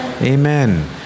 Amen